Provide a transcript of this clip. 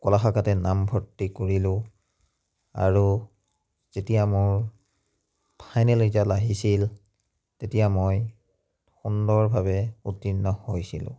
কলা শাখাতে নামভৰ্তি কৰিলোঁ আৰু যেতিয়া মোৰ ফাইনেল ৰিজাল্ট আহিছিল তেতিয়া মই সুন্দৰভাৱে উত্তীৰ্ণ হৈছিলোঁ